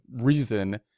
reason